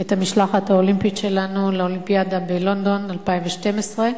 את המשלחת האולימפית שלנו לאולימפיאדה בלונדון 2012,